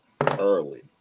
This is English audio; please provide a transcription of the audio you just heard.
Early